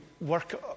work